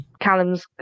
Callum's